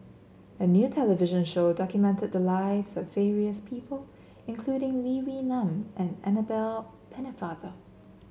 a new television show documented the lives of various people including Lee Wee Nam and Annabel Pennefather